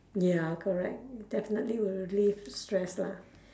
ya correct definitely will relieve stress lah